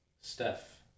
Steph